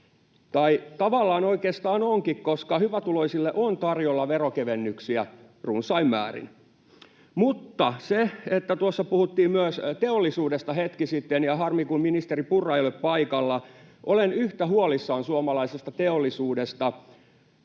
tai tavallaan oikeastaan onkin, koska hyvätuloisille on tarjolla veronkevennyksiä runsain määrin. Mutta tuossa puhuttiin myös teollisuudesta hetki sitten — harmi, kun ministeri Purra ei ole paikalla — ja olen yhtä huolissani suomalaisesta teollisuudesta.